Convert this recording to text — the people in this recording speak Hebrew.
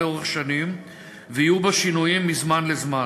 לאורך שנים ויהיו בה שינויים מזמן לזמן.